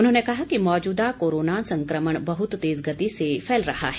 उन्होंने कहा कि मौजूदा कोरोना संक्रमण बहुत तेज गति से फैल रहा है